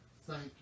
thank